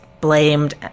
blamed